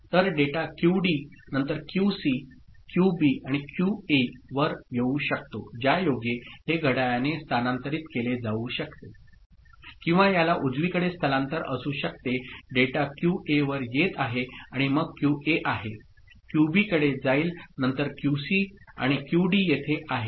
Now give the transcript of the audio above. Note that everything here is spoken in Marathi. तर डेटा क्यूडी नंतर क्यूसी क्यूबी आणि क्यूएवर येऊ शकतो ज्यायोगे हे घड्याळाने स्थानांतरित केले जाऊ शकते किंवा याला उजवीकडे स्थलांतर असू शकते डेटा क्यूएवर येत आहे आणि मग क्यूए आहे क्यूबीकडे जाईल नंतर क्यूसी आणि क्यूडी येथे आहे